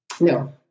No